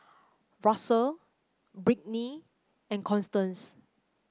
Russell Brittny and Constance